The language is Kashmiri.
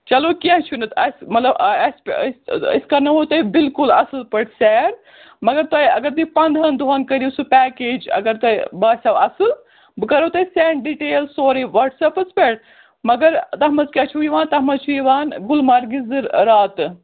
چلو کیٚنٛہہ چھُ نہٕ اَسہِ مطلب اَسہِ أسۍ أسۍ کَرناوہو تُہۍ بِلکُل اَصٕل پٲٹھۍ سیر مگر تۄہہِ اگر تُہۍ پنٛدہَن دۄہَن کٔرِو سُہ پیکیج اَگر تۄہہِ باسٮ۪و اَصٕل بہٕ کَرہو تۄہہِ سٮ۪نٛڈ ڈِٹیل سورُے واٹس ایپَس پٮ۪ٹھ مگر تَتھ منٛز کیٛاہ چھُو یِوان تَتھ منٛز چھُ یِوان گُلمرگہِ زٕ راتہٕ